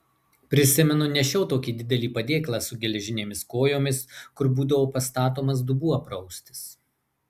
prisimenu nešiau tokį didelį padėklą su geležinėmis kojomis kur būdavo pastatomas dubuo praustis